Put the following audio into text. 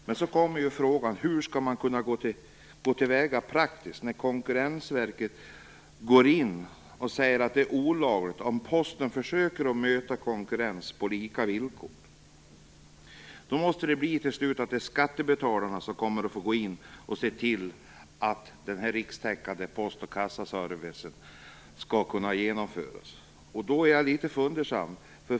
Men sedan kommer frågan hur man skall kunna gå till väga praktiskt när Konkurrensverket går in och säger att det är olagligt om Posten försöker att möta konkurrens på lika villkor. Det måste betyda att skattebetalarna till sist får gå in och se till att den rikstäckande post och kassaservicen skall kunna genomföras. Då blir jag litet fundersam.